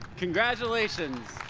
congratulations!